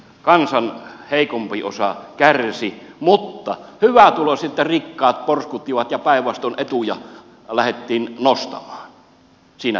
kansan heikompi osa kärsi mutta hyvätuloiset ja rikkaat porskuttivat ja päinvastoin etuja lähdettiin nostamaan siinä tilanteessa